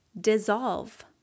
dissolve